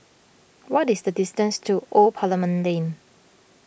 what is the distance to Old Parliament Lane